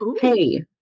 Hey